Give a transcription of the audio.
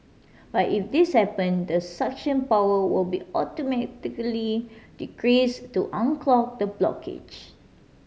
but if this happen the suction power will be automatically increase to unclog the blockage